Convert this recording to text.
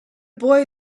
boy